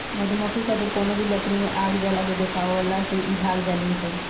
मधुमक्खी खातिर कवनो भी लकड़ी में आग जला के देखावला से इ भाग जालीसन